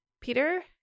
Peter